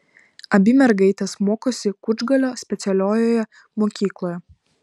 abi mergaitės mokosi kučgalio specialiojoje mokykloje